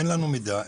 אין לנו מידע,